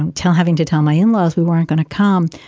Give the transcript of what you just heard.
and tell having to tell my in-laws we weren't going to come.